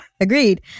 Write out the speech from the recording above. Agreed